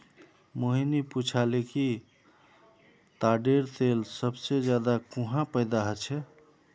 मोहिनी पूछाले कि ताडेर तेल सबसे ज्यादा कुहाँ पैदा ह छे